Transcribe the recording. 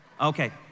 okay